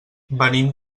venim